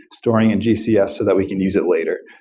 storing in gcs so that we can use it later.